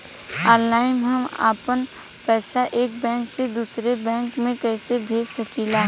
Online हम आपन पैसा एक बैंक से दूसरे बैंक में कईसे भेज सकीला?